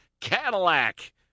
Cadillac